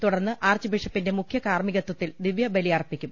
തുടർന്ന് ആർച്ച് ബിഷപ്പിന്റെ മുഖ്യകാർമ്മികത്വത്തിൽ ദിവ്യബലിയർപ്പിക്കും